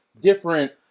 Different